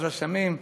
אז רשמים,